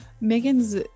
Megan's